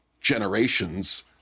generations